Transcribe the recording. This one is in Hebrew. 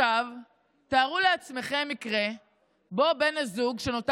עכשיו תארו לעצמכם מקרה שבו בן הזוג שנותר